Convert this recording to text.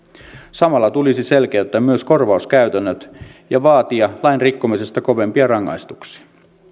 samalla tulisi selkeyttää myös korvauskäytännöt ja vaatia lain rikkomisesta kovempia rangaistuksia